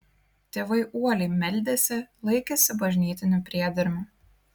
tėvai uoliai meldėsi laikėsi bažnytinių priedermių